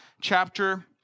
chapter